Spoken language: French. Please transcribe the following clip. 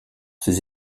ses